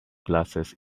glasses